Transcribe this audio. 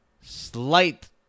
slight